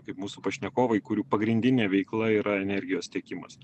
kaip mūsų pašnekovai kurių pagrindinė veikla yra energijos tiekimas